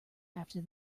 after